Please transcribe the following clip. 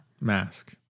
Mask